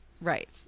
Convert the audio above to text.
Right